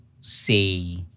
say